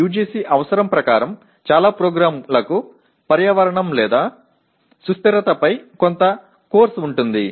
UGC అవసరం ప్రకారం చాలా ప్రోగ్రామ్లకు పర్యావరణం లేదా సుస్థిరతపై కొంత కోర్సు ఉంటుంది